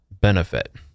benefit